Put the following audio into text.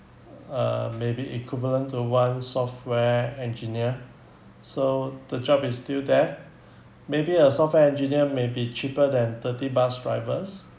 uh maybe equivalent to one software engineer so the job is still there maybe a software engineer may be cheaper than thirty bus drivers